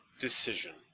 decision